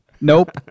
Nope